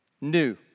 new